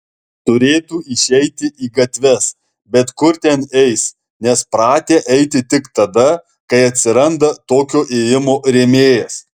turėtų išeiti į gatves bet kur ten eis nes pratę eiti tik tada kai atsiranda tokio ėjimo rėmėjas